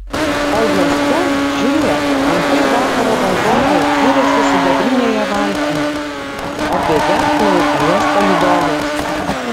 o juose žiūrėk antai vakaro valdovė iriasi sidabrinėje valtyj o apie ją plauko jos palydovės